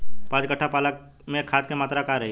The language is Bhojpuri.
पाँच कट्ठा पालक में खाद के मात्रा का रही?